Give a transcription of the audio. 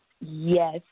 Yes